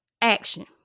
Action